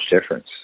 difference